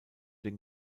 den